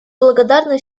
благодарны